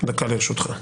דקה לרשותך.